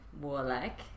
warlike